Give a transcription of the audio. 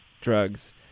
drugs